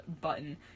button